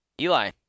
Eli